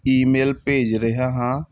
email ਭੇਜ ਰਿਹਾ ਹਾਂ